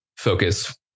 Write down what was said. focus